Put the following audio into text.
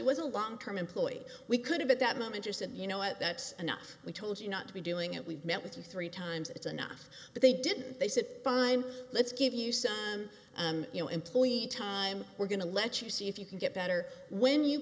a long term employee we could have at that moment just said you know what that's enough we told you not to be doing it we've met with you three times it's enough but they didn't they said fine let's give you some you know employee time we're going to let you see if you can get better when you